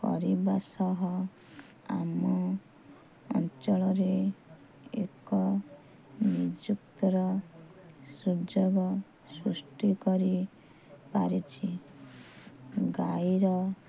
କରିବା ସହ ଆମ ଅଞ୍ଚଳରେ ଏକ ନିଯୁକ୍ତିର ସୁଯୋଗ ସୃଷ୍ଟି କରିପାରିଛି ଗାଈର